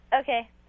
Okay